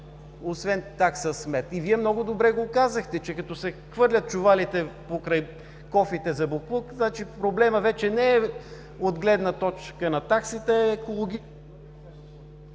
…освен такса смет. И Вие много добре го казахте – че като се хвърлят чувалите покрай кофите за боклук, значи проблемът вече не е от гледна точка на таксите, а е екологичен.